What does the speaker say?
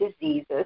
diseases